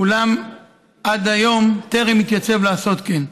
אולם עד היום טרם התייצב לעשות כן.